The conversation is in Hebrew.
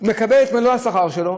הוא מקבל את מלוא השכר שלו,